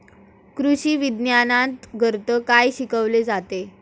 कृषीविज्ञानांतर्गत काय शिकवले जाते?